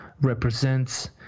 represents